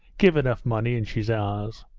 give enough money and she's ours.